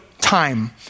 time